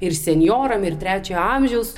ir senjoram ir trečiojo amžiaus